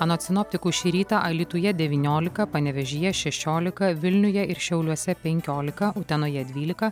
anot sinoptikų šį rytą alytuje devyniolika panevėžyje šešiolika vilniuje ir šiauliuose penkiolika utenoje dvylika